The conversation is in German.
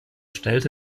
stellte